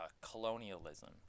colonialism